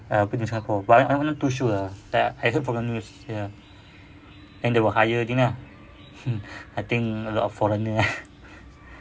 ah but I not too sure ah like I heard from the news ya and they were hiring ah mm I think a lot foreigner ah